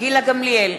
גילה גמליאל,